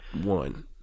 one